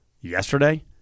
yesterday